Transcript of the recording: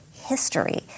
history